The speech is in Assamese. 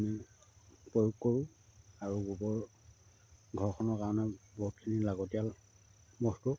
প্ৰয়োগ কৰোঁ আৰু গোবৰ ঘৰখনৰ কাৰণে বহুতখিনি লাগতিয়াল বস্তু